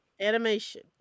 animation